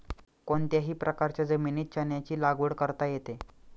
कोणत्याही प्रकारच्या जमिनीत चण्याची लागवड करता येते